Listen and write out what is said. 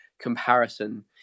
comparison